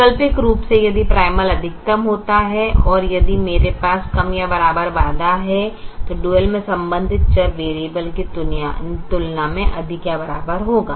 वैकल्पिक रूप से यदि प्राइमल अधिकतम होता है और यदि मेरे पास कम या बराबर बाधा है तो डुअल में संबंधित चर वैरिएबल की तुलना में अधिक या बराबर होगा